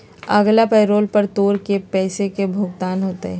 अगला पैरोल पर तोर पैसे के भुगतान होतय